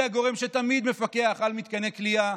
היא הגורם שתמיד מפקח על מתקני כליאה.